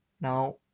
Now